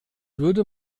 würde